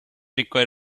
require